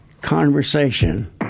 conversation